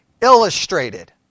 illustrated